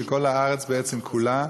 וכל הארץ בעצם כולה,